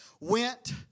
went